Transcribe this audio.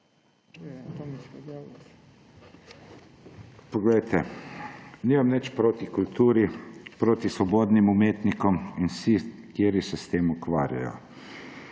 Poglejte, nima nič proti kulturi, proti svobodnim umetnikom in vsem, ki se s tem ukvarjajo.